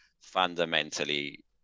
fundamentally